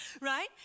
right